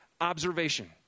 Observation